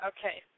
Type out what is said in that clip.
Okay